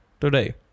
today